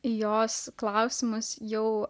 jos klausimas jau